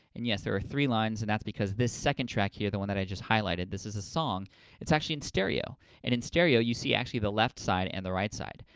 and, yes, there are three lines and that's because this second track here, the one that i just highlighted, this is a song that's actually in stereo. and in stereo, you see actually the left side and the right side.